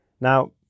Now